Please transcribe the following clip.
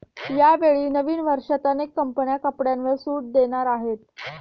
यावेळी नवीन वर्षात अनेक कंपन्या कपड्यांवर सूट देणार आहेत